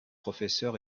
professeur